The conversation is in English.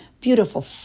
beautiful